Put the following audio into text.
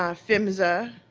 um phmsa,